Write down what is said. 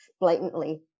blatantly